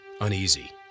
uneasy